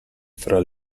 fra